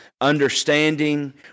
understanding